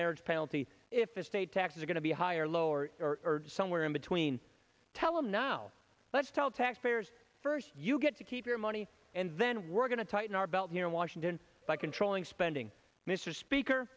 marriage penalty if estate taxes are going to be higher or lower or somewhere in between tell them now let's tell taxpayers first you get to keep your money and then we're going to tighten our belt here in washington by controlling spending mr speaker